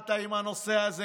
התחלת עם הנושא הזה,